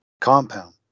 compound